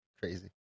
Crazy